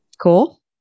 cool